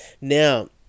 Now